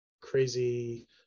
crazy